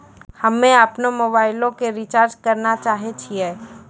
हम्मे अपनो मोबाइलो के रिचार्ज करना चाहै छिये